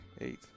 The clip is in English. eight